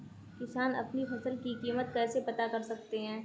किसान अपनी फसल की कीमत कैसे पता कर सकते हैं?